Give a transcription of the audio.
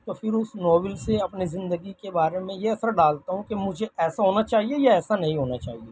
تو پھر اس ناول سے اپنی زندگی کے بارے میں یہ اثر ڈالتا ہوں کہ مجھے ایسا ہونا چاہیے یا ایسا نہیں ہونا چاہیے